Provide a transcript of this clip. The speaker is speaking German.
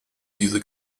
diese